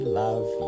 love